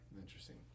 interesting